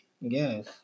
Yes